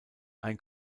ein